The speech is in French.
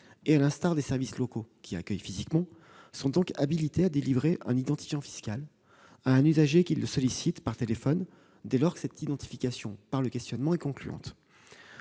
et à l'instar des services locaux accueillant physiquement le public, sont donc habilités à délivrer son identifiant fiscal à un usager qui les sollicite par téléphone, dès lors que l'identification par le questionnement est concluante.